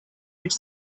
its